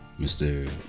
Mr